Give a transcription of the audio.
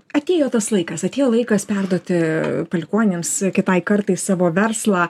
atėjo tas laikas atėjo laikas perduoti palikuonims kitai kartai savo verslą